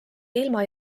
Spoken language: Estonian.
ilma